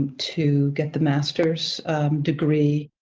to get the master's degree,